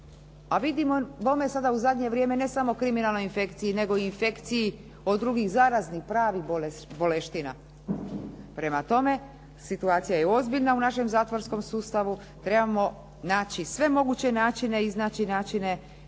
A vidimo bome je sada u zadnje vrijeme ne samo kriminalnoj infekciji, nego i infekciji od drugih zaraznih pravih boleština. Prema tome, situacija je ozbiljna u našem zatvorskom sustavu. Trebamo naći sve moguće načine i iznaći načine